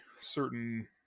certain